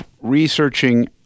researching